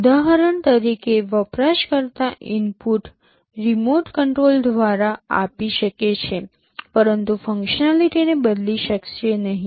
ઉદાહરણ તરીકે વપરાશકર્તા ઇનપુટ રીમોટ કંટ્રોલ દ્વારા આપી શકે છે પરંતુ ફંક્શનાલિટી ને બદલી શકશે નહીં